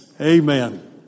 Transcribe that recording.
amen